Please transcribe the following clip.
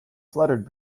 fluttered